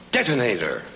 Detonator